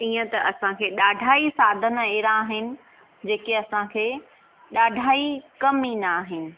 ईअं त असांखे ॾाढा ई साधन एॾा आहिनि जेके असांखे ॾाढा ई कमु ईंदा आहिनि